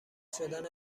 شدن